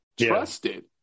Trusted